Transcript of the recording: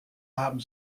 haben